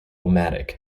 matic